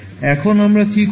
এখন আমরা কি করছি